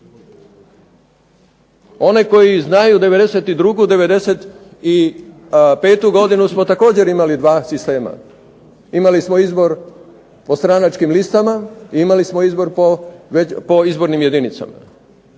Oni koji znaju '92., '95. godinu smo također imali dva sistema, imali smo izbor po stranačkim listama, i imali smo izbor po izbornim jedinicama.